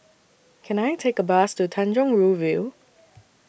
Can I Take A Bus to Tanjong Rhu View